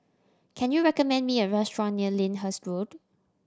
can you recommend me a restaurant near Lyndhurst Road